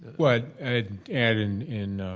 what i'd add in in